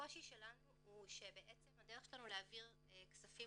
הקושי שלנו הוא שבעצם הדרך שלנו להעביר כספים